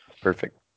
Perfect